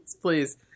please